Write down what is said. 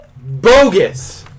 bogus